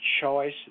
choice